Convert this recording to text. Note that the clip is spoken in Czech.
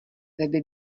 weby